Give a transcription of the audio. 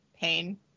pain